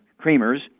creamers